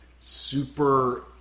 Super